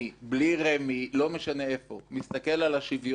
בלי רמ"י לא משנה איפה מסתכל על השוויוניות